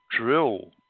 drill